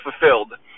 fulfilled